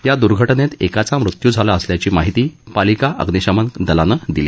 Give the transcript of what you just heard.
या दुर्घटनेत एकाचा मृत्यू झाला असल्याची माहिती पालिका अग्निशमन दलानं दिली